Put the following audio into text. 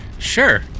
sure